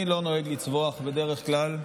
אני לא נוהג לצווח בדרך כלל,